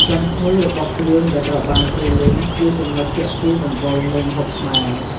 ក្លិនឈ្ងុយរបស់គ្រឿងដែលត្រូវបានគេលីង គឺជាចំណុចទាក់ទាញដំបូងនៃម្ហូបខ្មែរ។